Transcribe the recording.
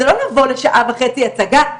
זה לא לבוא לשעה וחצי הצגה.